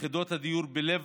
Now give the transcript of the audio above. יחידות הדיור בלב